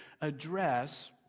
address